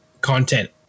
content